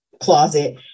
closet